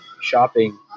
shopping